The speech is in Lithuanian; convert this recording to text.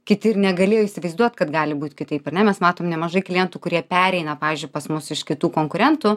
kiti ir negalėjo įsivaizduot kad gali būt kitaip ar ne mes matom nemažai klientų kurie pereina pavyzdžiui pas mus iš kitų konkurentų